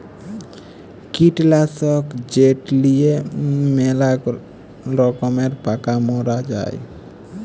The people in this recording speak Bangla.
কীটলাসক যেট লিঁয়ে ম্যালা রকমের পকা মারা হ্যয়